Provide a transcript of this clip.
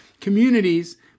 communities